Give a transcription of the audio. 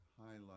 highlight